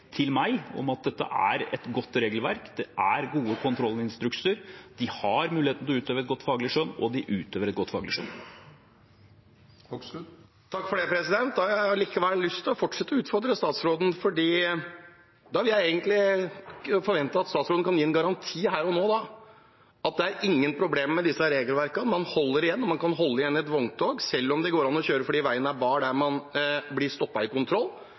til meg om at dette er et godt regelverk. Det er gode kontrollinstrukser. De har muligheten til å utøve et godt faglig skjønn, og de utøver et godt faglig skjønn. Jeg har likevel lyst til å fortsette å utfordre statsråden, for da vil jeg egentlig forvente at statsråden kan gi en garanti her og nå for at det ikke er noen problemer med disse regelverkene. Man holder igjen og kan holde igjen et vogntog. Selv om det går an å kjøre fordi veien er bar der man blir stoppet i kontroll,